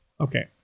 okay